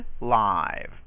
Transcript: live